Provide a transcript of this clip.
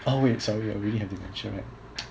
oh wait sorry you already have dementia right